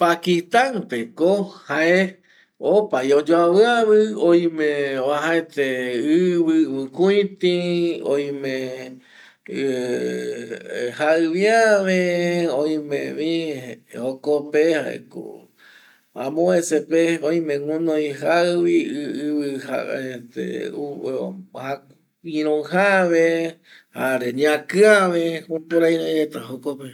Pakistan pe ko jae opavi oyuaviavi oime uajaete ïvi kuiti oime ˂hesitation˃ jaïvi äve oime vi jokope jaeko amovesepe oime günoi jaïvi ˂hesitation˃ ironjave jare ñaki ave jukurei oï reta jokope